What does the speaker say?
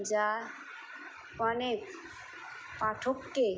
যা অনেক পাঠককে